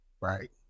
right